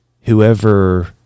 whoever